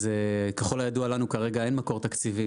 אז ככל הידוע לנו כרגע אין מקור תקציבי